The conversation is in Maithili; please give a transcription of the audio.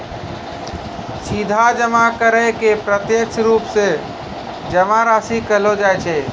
सीधा जमा करै के प्रत्यक्ष रुपो से जमा राशि कहलो जाय छै